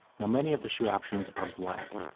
now many of the shoe options are black,